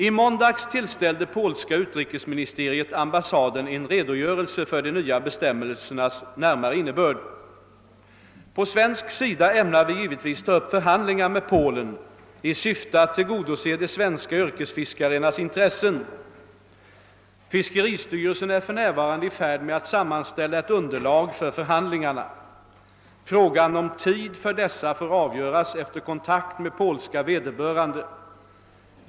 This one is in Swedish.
I måndags tillställde polska utrikesministeriet ambassaden en redogörelse för de nya bestämmelsernas närmare innebörd. På svensk sida ämnar vi givetvis ta upp förhandlingar med Polen i syfte att tillgodose de svenska yrkesfiskarnas intressen. Fiskeristyrelsen är för närvarande i färd med att sammanställa ett underlag för förhandlingarna. Frågan om tid för dessa får avgöras efter kontakt med polska vederbörande.